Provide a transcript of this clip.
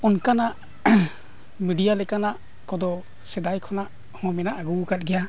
ᱚᱱᱠᱟᱱᱟᱜ ᱢᱤᱰᱤᱭᱟ ᱞᱮᱠᱟᱱᱟᱜ ᱠᱚᱫᱚ ᱥᱮᱫᱟᱭ ᱠᱷᱚᱱᱟᱜ ᱦᱚᱸ ᱢᱮᱱᱟᱜᱼᱟ ᱟᱹᱜᱩ ᱠᱟᱫ ᱜᱮᱭᱟ